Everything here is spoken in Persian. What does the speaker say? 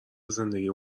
زندگی